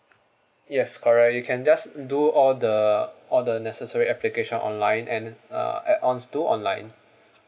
yes correct you can just do all the all the necessary application online and uh add ons too online